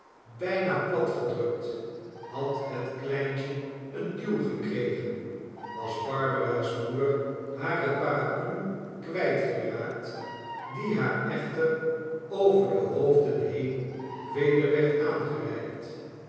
bijna plat gedrukt had het kleintje een duw gekregen was barbara's moeder hare paraplu kwijtgeraakt die haar echter over de hoofden heen weder werd aangereikt